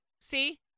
See